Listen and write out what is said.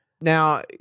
Now